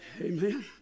Amen